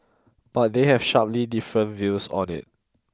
but they have sharply different views on it